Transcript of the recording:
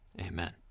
Amen